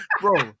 Bro